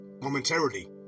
momentarily